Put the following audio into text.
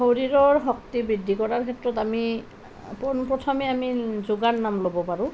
শৰীৰৰ শক্তি বৃদ্ধি কৰাত ক্ষেত্ৰত পোনপ্ৰথমে আমি যোগাৰ নাম ল'ব পাৰোঁ